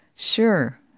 Sure